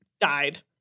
died